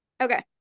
Okay